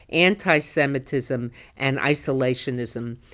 anti-semitism and isolationism,